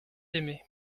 aimé